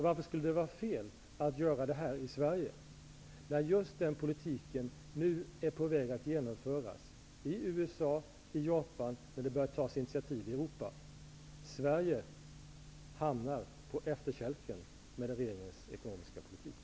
Varför skulle det vara fel att satsa på sådant i Sverige, när just den politiken nu är på väg att genomföras i USA och i Japan, och när det börjar tas initiativ i Europa? Sverige hamnar på efterkälken med regeringens ekonomiska politik.